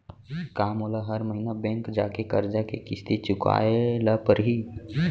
का मोला हर महीना बैंक जाके करजा के किस्ती चुकाए ल परहि?